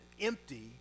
empty